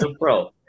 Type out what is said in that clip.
pro